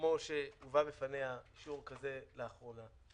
כמו שהובא בפניה אישור כזה לאחרונה,